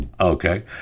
okay